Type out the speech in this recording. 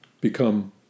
become